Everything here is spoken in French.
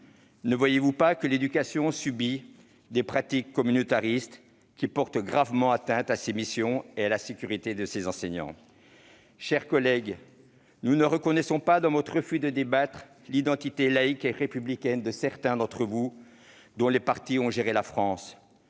Ne voyez-vous pas que l'éducation subit des pratiques communautaristes qui portent gravement atteinte à ses missions et à la sécurité des enseignants ? Mes chers collègues, nous ne reconnaissons pas, dans votre refus de débattre, l'identité laïque et républicaine de certains d'entre vous, dont les partis ont dirigé la France